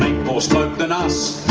more smoke than ah